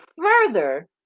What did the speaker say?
further